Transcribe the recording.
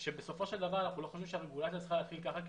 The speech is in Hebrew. שבסופו של דבר אנחנו לא חושבים שהרגולציה צריכה לפעול כך כי